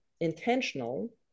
intentional